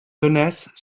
connaissent